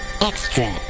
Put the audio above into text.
extra